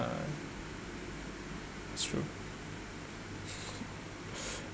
yeah it's true